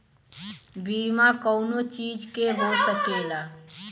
बीमा कउनो चीज के हो सकेला